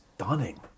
stunning